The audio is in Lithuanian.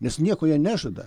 nes nieko jie nežada